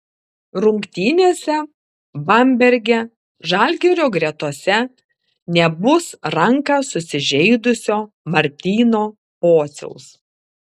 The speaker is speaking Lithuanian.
rungtynėse bamberge žalgirio gretose nebus ranką susižeidusio martyno pociaus